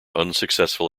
unsuccessful